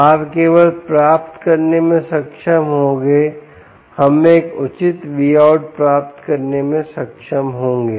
आप केवल प्राप्त करने में सक्षम होंगे हम एक उचित Vout प्राप्त करने में सक्षम होंगे